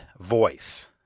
voice